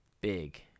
big